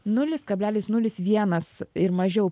nulis kablelis nulis vienas ir mažiau